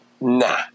nah